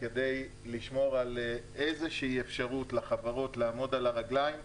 כדי לשמור על איזושהי אפשרות לחברות לעמוד על הרגליים,